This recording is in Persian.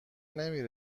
نمی